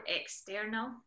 external